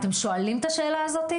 אתם שואלים את השאלה הזאת?